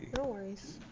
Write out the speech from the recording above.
no worries.